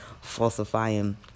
falsifying